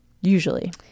usually